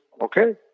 okay